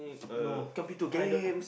no I don't